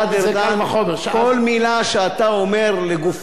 כל מלה שאתה אומר לגופו של עניין היא נכונה.